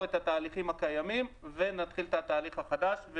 את התהליכים הקיימים ונתחיל את התהליך החדש.